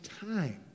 time